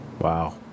Wow